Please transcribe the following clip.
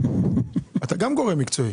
גם אתה גורם מקצועי.